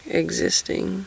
existing